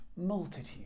multitude